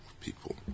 people